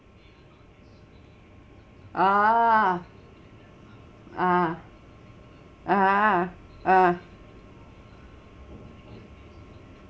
ah ah ah ah